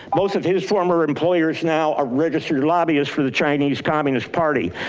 most of his former employers now are registered lobbyists for the chinese communist party.